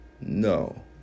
No